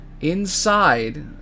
inside